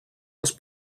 als